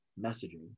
messaging